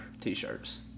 t-shirts